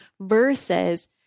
Versus